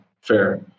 fair